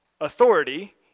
authority